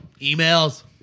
Emails